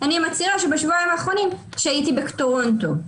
אני מצהירה שבשבועיים האחרונים שהיתי בטורונטו,